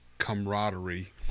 camaraderie